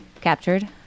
Captured